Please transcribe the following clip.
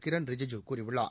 கிரண் ரிஜிஜூ கூறியுள்ளார்